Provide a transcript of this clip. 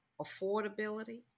affordability